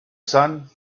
sun